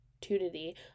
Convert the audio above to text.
opportunity